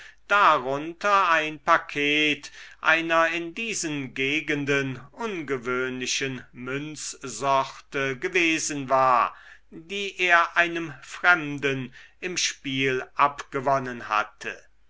darunter ein paket einer in diesen gegenden ungewöhnlichen münzsorte gewesen war die er einem fremden im spiel abgewonnen hatte